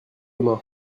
main